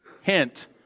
hint